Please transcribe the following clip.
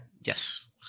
Yes